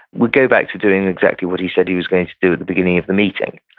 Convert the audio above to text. would go back to doing exactly what he said he was going to do at the beginning of the meeting.